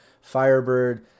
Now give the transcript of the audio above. Firebird